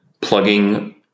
plugging